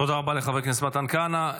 תודה רבה לחבר הכנסת מתן כהנא.